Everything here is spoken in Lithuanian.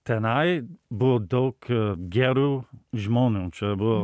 tenai buvo daug gerų žmonių čia buvo